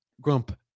Grump